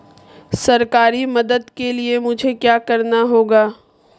सरकारी मदद के लिए मुझे क्या करना होगा?